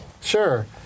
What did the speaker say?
Sure